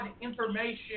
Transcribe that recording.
information